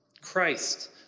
Christ